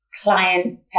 client